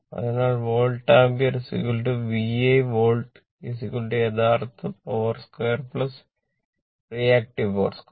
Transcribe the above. അതിനാൽ volt ampere VI volt യഥാർത്ഥ power 2 reactive power 2